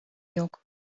yok